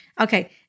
Okay